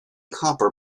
copper